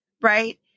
right